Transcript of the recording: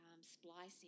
splicing